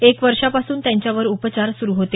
एक वर्षांपासून त्यांच्यावर उपचार सुरु होते